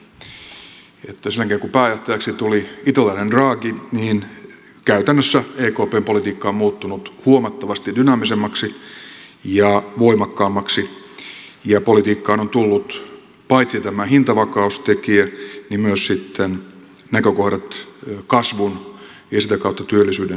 sen jälkeen kun pääjohtajaksi tuli italialainen draghi käytännössä ekpn politiikka on muuttunut huomattavasti dynaamisemmaksi ja voimakkaammaksi ja politiikkaan on tullut paitsi tämä hintavakaustekijä myös sitten näkökohdat kasvun ja sitä kautta työllisyyden tukemisesta